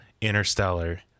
interstellar